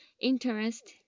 interest